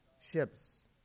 ships